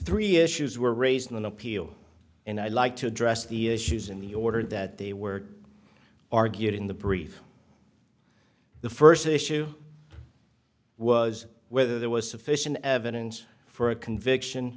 three issues were raised in an appeal and i like to address the issues in the order that they were argued in the brief the first issue was whether there was sufficient evidence for a conviction